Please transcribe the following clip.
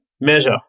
measure